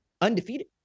undefeated